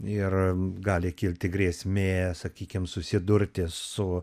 ir gali kilti grėsmė sakykime susidurti su